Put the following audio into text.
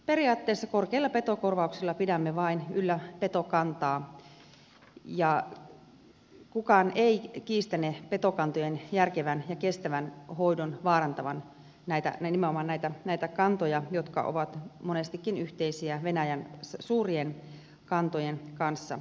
periaatteessa korkeilla petokorvauksilla pidämme vain yllä petokantaa ja kukaan ei kiistäne petokantojen järkevän ja kestävän hoidon vaarantavan nimenomaan näitä kantoja jotka ovat monestikin yhteisiä venäjän suurien kantojen kanssa